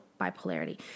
bipolarity